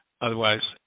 otherwise